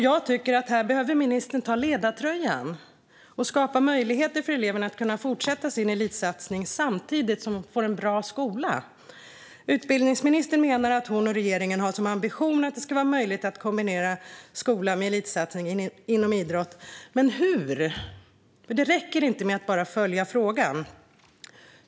Jag tycker att här behöver ministern ta ledartröjan och skapa möjligheter för eleverna att kunna fortsätta sin elitsatsning samtidigt som man får en bra skola. Utbildningsministern menar att hon och regeringen har som ambition att det ska vara möjligt att kombinera skola med elitsatsning inom idrott. Men hur? Det räcker inte med att bara följa frågan.